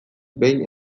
behin